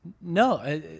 No